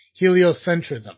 heliocentrism